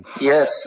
Yes